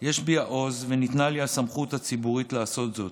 יש בי העוז וניתנה לי הסמכות הציבורית לעשות זאת.